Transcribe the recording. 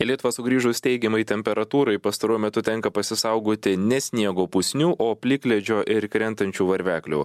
į lietuvą sugrįžus teigiamai temperatūrai pastaruoju metu tenka pasisaugoti nes sniego pusnių o plikledžio ir krentančių varveklių